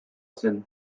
zen